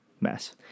mess